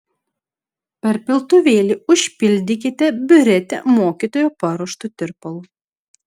per piltuvėlį užpildykite biuretę mokytojo paruoštu tirpalu